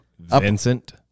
Vincent